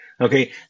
Okay